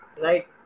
right